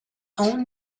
own